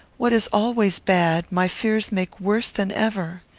what is always bad, my fears make worse than ever.